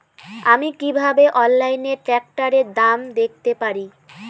আমি কিভাবে অনলাইনে ট্রাক্টরের দাম দেখতে পারি?